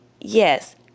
yes